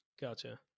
Gotcha